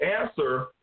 answer